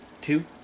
two